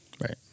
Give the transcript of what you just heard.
Right